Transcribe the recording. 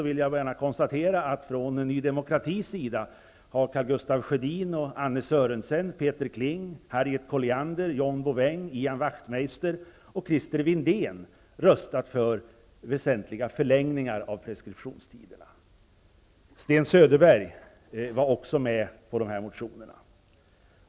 Och jag konstaterar att från Ny demokratis sida har Söderberg är också med på motionerna.